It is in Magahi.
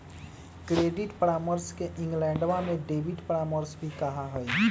क्रेडिट परामर्श के इंग्लैंडवा में डेबिट परामर्श भी कहा हई